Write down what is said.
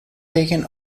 taken